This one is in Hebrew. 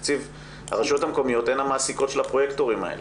הרשויות המקומיות הן המעסיקות של הפרוייקטורים האלה.